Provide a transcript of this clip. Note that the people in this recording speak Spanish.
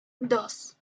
dos